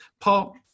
Paul